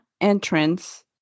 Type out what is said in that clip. entrance